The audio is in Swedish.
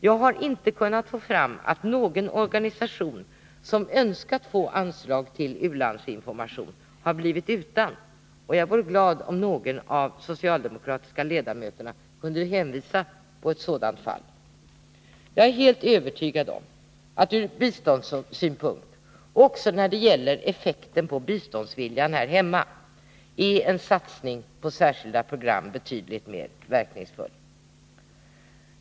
Jag har inte kunnat få fram att någon organisation som önskat få anslag till u-landsinformation har blivit utan, och jag vore glad om någon av de socialdemokratiska ledamöterna visar på ett sådant fall. Jag är helt övertygad om att en satsning på särkilda program är betydligt mer verkningsfull ur biståndssynpunkt och också när det gäller effekten på den svenska biståndsviljan.